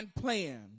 plan